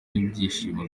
n’ibyishimo